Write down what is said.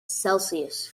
celsius